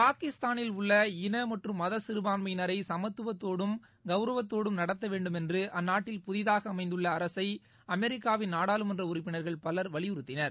பாகிஸ்தானில் உள்ள இன மற்றும் மதசிறுபான்மையினரைசமத்துவத்தோடும் கௌரவத்தோடும் நடத்தவேண்டுமென்றுஅந்நாட்டில் புதிதாகஅமைந்துள்ளஅரசைஅமெிக்காவின் நாடாளுமன்றஉறுப்பினர்கள் பலர் வலியுறுத்தினர்